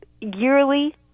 yearly